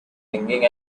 singing